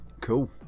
cool